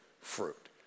fruit